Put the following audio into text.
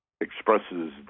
expresses